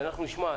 ואנחנו נשמע,